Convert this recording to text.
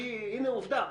כי הינה עובדה,